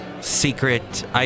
Secret